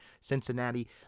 Cincinnati